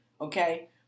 Okay